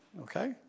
okay